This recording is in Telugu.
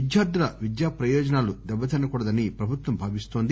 విద్యార్దుల విద్యా ప్రయోజనాలు దెబ్బతినకూడదని ప్రభుత్వం భావిస్తోంది